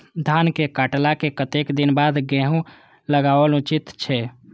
धान के काटला के कतेक दिन बाद गैहूं लागाओल उचित छे?